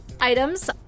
items